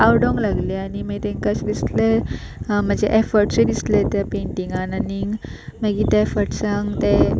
आवडूंक लागलें आनी मागी तांकां अशें दिसलें आं म्हजे एफट्सूय दिसले त्या पेंटिंगान आनीक मागीर ते एफट्सांक ते